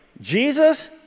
Jesus